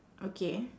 okay